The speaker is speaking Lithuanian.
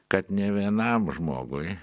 kad nė vienam žmogui